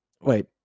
Wait